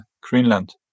Greenland